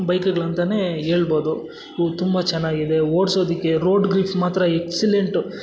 ಬೈಕುಗಳಂತನೇ ಹೇಳ್ಬೋದು ಇವು ತುಂಬ ಚೆನ್ನಾಗಿದೆ ಓಡ್ಸೋದಕ್ಕೆ ರೋಡ್ ಗ್ರಿಫ್ಸ್ ಮಾತ್ರ ಎಕ್ಸಲೆಂಟು